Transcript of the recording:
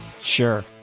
sure